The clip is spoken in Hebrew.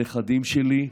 הנכדים שלנו,